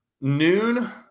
noon